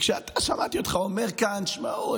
כששמעתי אותך אומר כאן: תשמעו,